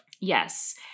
Yes